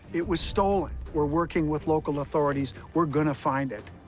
it was stolen. we're working with local authorities. we're gonna find it.